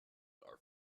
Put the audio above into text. are